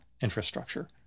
infrastructure